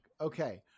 okay